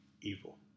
evil